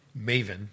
Maven